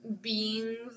beings